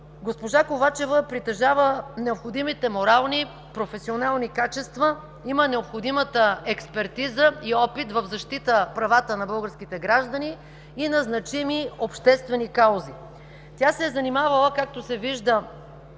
госпожа Ковачева притежава необходимите морални и професионални качества, има необходимата експертиза и опит в защита на правата на българските граждани и на значими обществени каузи. Тя се е занимавала, както се вижда